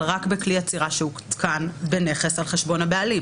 רק בכלי אצירה שהותקן בנכס על חשבון הבעלים.